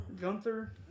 Gunther